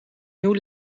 nieuw